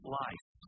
life